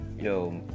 yo